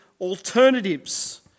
alternatives